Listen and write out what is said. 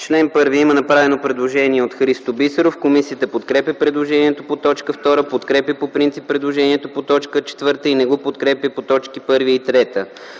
чл. 1 има направено предложение от Христо Бисеров. Комисията подкрепя предложението по т. 2, подкрепя по принцип предложението по т. 4 и не го подкрепя по т. 1 и 3.